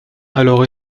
alors